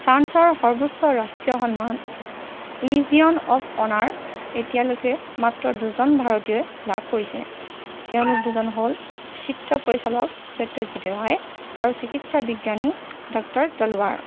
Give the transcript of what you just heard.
ফ্ৰাঞ্চৰ সৰ্বোচ্চ ৰাষ্ট্ৰীয় সন্মান লিজিয়ন অফ অনাৰ এতিয়ালৈকে মাত্ৰ দুজন ভাৰতীয়ই লাভ কৰিছে তেওঁলোক দুজন হ'ল চিত্ৰ পৰিচালক সত্যজিত ৰায় আৰু চিকিৎসা বিজ্ঞানী ডক্টৰ তলৱাৰ